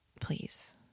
please